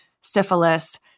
syphilis